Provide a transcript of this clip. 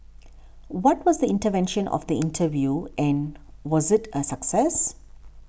what was the intention of the interview and was it a success